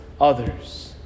others